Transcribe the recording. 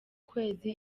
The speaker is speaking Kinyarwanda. kwezi